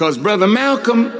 because brother malcolm